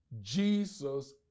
Jesus